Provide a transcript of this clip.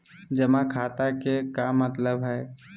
जमा खाता के का मतलब हई?